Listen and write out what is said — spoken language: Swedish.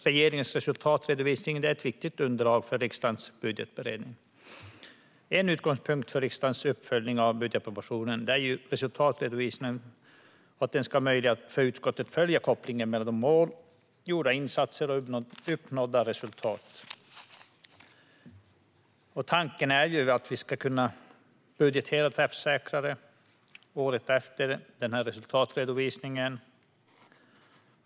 Regeringens resultatredovisning är ett viktigt underlag för riksdagens budgetberedning. En utgångspunkt för riksdagens uppföljning av budgetpropositionens resultatredovisning är att det ska vara möjligt för utskottet att följa kopplingen mellan mål, gjorda insatser och uppnådda resultat. Tanken är att vi ska kunna budgetera träffsäkrare året efter en resultatredovisning.